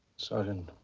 sergeant.